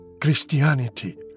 Christianity